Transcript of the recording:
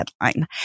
headline